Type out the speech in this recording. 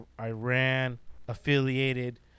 Iran-affiliated